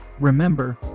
Remember